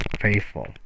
faithful